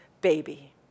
baby